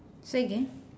say again